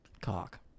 cock